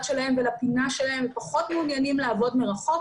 שלהם ולפינה שלהם ופחות מעוניינים לעבוד מרחוק.